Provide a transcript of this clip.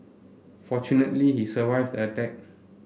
fortunately he survived the attack